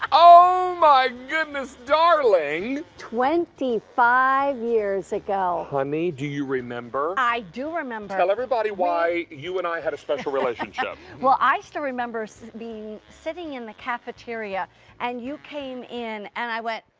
oh my goodness, darling! twenty five years ago. honey, do you remember? i do remember. tell everybody why you and i had a special relationship. well, i still remember being sitting in the cafeteria and you came in and i went,